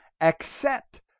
accept